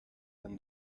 dann